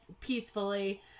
peacefully